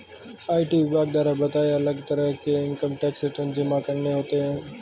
IT विभाग द्वारा बताए, अलग तरह के इन्कम टैक्स रिटर्न जमा करने होते है